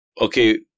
okay